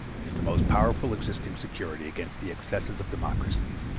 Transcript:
is the most powerful existing security against the excesses of democracy.